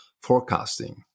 forecasting